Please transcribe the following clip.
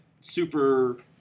super